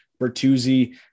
Bertuzzi